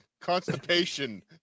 constipation